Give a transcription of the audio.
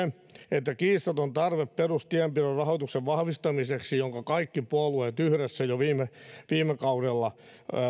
että kiistaton tarve perustienpidon rahoituksen vahvistamiseksi minkä kaikki puolueet yhdessä jo viime kaudella